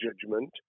judgment